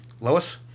Lois